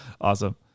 Awesome